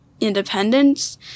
independence